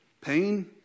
Pain